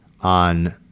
on